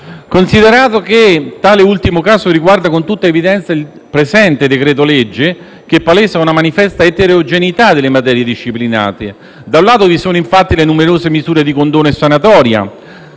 consideri che tale ultimo caso riguarda con tutta evidenza il presente decreto-legge, che palesa una manifesta eterogeneità delle materie disciplinate: vi sono infatti le numerose misure di condono e sanatoria,